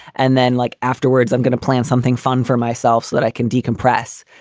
and then like afterwards, i'm gonna plan something fun for myself so that i can decompress.